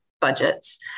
budgets